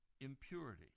impurity